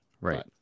Right